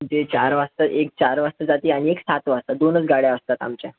जे चार वाजता एक चार वाजता जाते आणि एक सात वाजता दोनच गाड्या असतात आमच्या